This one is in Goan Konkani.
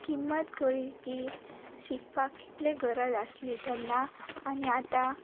किंमत कळ्ळी की शिकपाक कितली गरज आसली तेन्ना आनी आतां